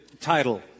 title